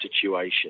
situation